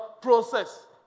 process